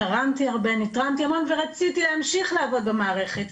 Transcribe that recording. תרמתי הרבה נתרמתי המון ורציתי להמשיך לעבוד במערכת,